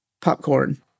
popcorn